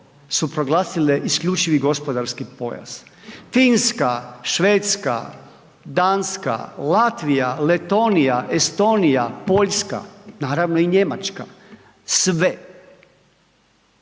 su proglasile isključivi gospodarski pojas, Finska, Švedska, Danska, Latvija, Letonija, Estonija, Poljska, naravno i Njemačka sve.